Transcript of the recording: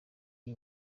iyi